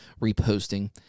reposting